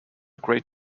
great